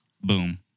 Boom